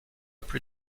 plus